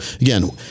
again